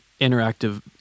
interactive